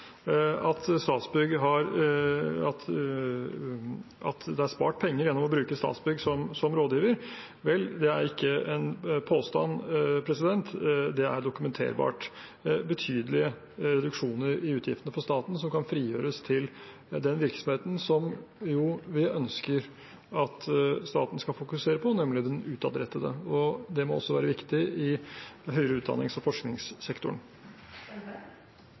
det er spart penger gjennom å bruke Statsbygg som rådgiver. Vel, det er ikke en påstand, det er dokumenterbart at det er betydelige reduksjoner i utgiftene for staten som kan frigjøres til den virksomheten som vi jo ønsker at staten skal fokusere på, nemlig den utadrettede. Det må også være viktig i høyere utdannings- og forskningssektoren.